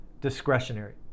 discretionary